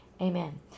Amen